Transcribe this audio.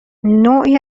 نوعی